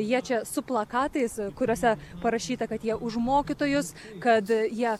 jie čia su plakatais kuriuose parašyta kad jie už mokytojus kad jie